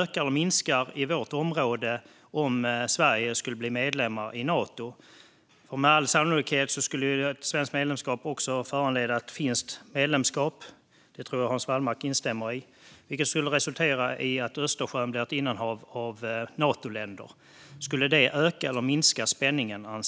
öka eller minska i vårt område om Sverige blir medlem i Nato? Med all sannolikhet skulle ett svenskt medlemskap också föranleda ett finskt medlemskap. Detta tror jag att Hans Wallmark instämmer i. Det skulle resultera i att Östersjön blir ett innanhav med Natoländer. Anser Hans Wallmark att detta skulle öka eller minska spänningen?